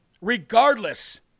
regardless